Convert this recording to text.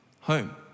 home